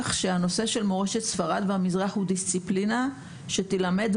שהנושא של מורשת ספרד והמזרח הוא דיסציפלינה שתילמד,